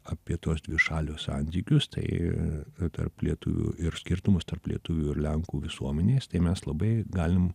apie tuos dvišalius santykius tai tarp lietuvių ir skirtumus tarp lietuvių lenkų visuomenės tai mes labai galim